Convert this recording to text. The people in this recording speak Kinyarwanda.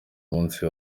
munsi